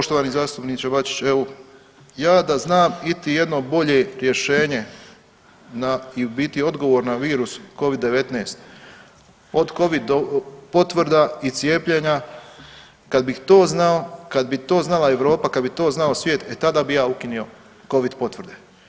Poštovani zastupniče Bačić, evo, ja da znam iti jedno bolje rješenje na, i u biti, odgovor na virus Covid-19 od Covid potvrda i cijepljenja, kad bih to znao, kad bi to znala Europa, kad bi to znao svijet, e tada bi ukinio Covid potvrde.